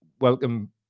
welcome